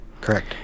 Correct